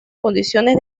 condiciones